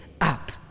up